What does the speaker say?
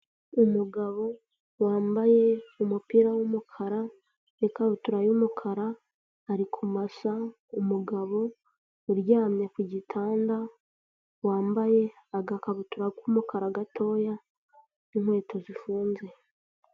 Umugabo wambaye umupira w'umukara n'ikabutura y'umukara ari kumasa umugabo uryamye ku gitanda wambaye agakabutura k'umukara gatoya n'inkweto zifunze.